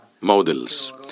models